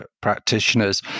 practitioners